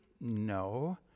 No